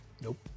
Nope